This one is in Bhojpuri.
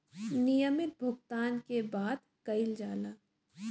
नियमित भुगतान के बात कइल जाला